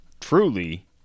truly